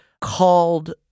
called